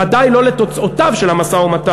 ודאי לא לתוצאותיו של המשא-ומתן,